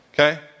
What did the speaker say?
Okay